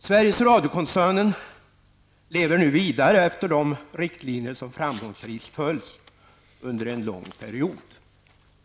Sveriges Radio-koncernen lever nu vidare efter de riktlinjer som framgångsrikt följts under en lång period.